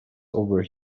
over